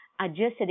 adjusted